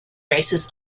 racers